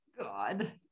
God